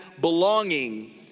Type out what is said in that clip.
belonging